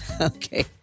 Okay